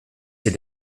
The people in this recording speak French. ces